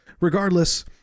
regardless